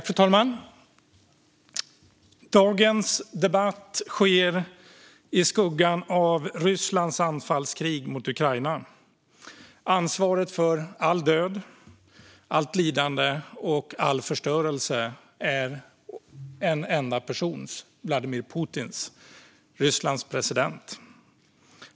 Fru talman! Dagens debatt sker i skuggan av Rysslands anfallskrig mot Ukraina. Ansvaret för all död, allt lidande och all förstörelse ligger hos en enda person: Vladimir Putin, Rysslands president.